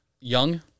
young